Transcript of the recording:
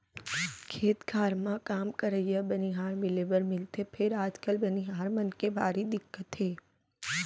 खेत खार म काम करइया बनिहार मिले बर मिलथे फेर आजकाल बनिहार मन के भारी दिक्कत हे